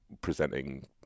presenting